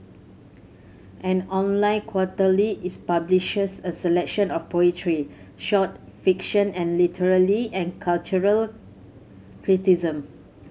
an online quarterly its publishes a selection of poetry short fiction and literary and cultural criticism